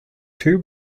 two